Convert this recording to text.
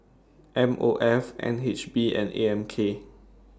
M O F N H B and A M K